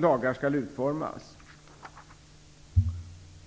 lagarna skall utformas.